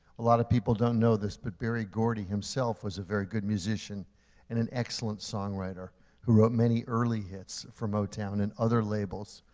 a lot of people don't know this, but berry gordy himself was a very good musician and an excellent songwriter who wrote many early hits for motown and other labels.